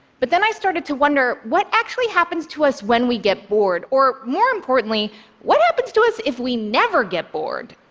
but then i started to wonder what actually happens to us when we get bored? or, more importantly what happens to us if we never get bored?